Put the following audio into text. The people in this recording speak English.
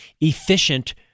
efficient